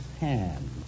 hand